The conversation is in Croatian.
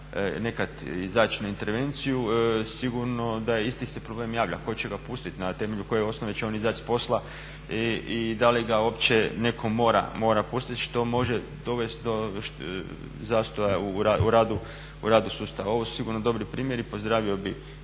nekad izaći na intervenciju sigurno da isti problem se javlja. Tko će ga pustiti, na temelju koje osnove će on izaći s posla i da li ga uopće netko mora pustiti, što može dovesti do zastoja u radu sustava. Ovo su sigurno dobri primjeri, pozdravio bih